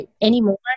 anymore